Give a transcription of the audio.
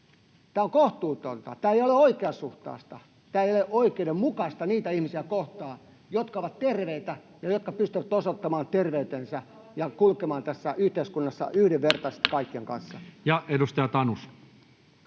Tämä on kohtuutonta. Tämä ei ole oikeasuhtaista. Tämä ei ole oikeudenmukaista niitä ihmisiä kohtaan, jotka ovat terveitä ja jotka pystyvät osoittamaan terveytensä ja kulkemaan tässä yhteiskunnassa yhdenvertaisesti kaikkien kanssa. [Speech 67]